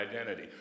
identity